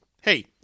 Hey